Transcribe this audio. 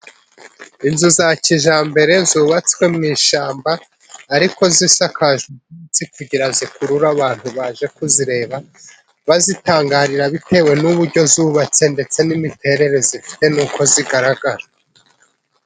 Inzu za kijyambere zubatswe mu ishyamba ariko zisakaje zigira zikurura abantu baje kuzireba bazitangarira bitewe n'uburyo zubatse ndetse n'imiterere zifite n'uko zigaragara.